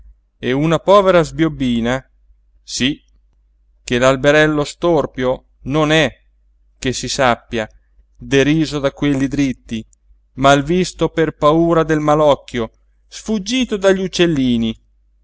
e una povera sbiobbina sí che l'alberello storpio non è che si sappia deriso da quelli dritti malvisto per paura del malocchio sfuggito dagli uccellini